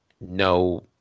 no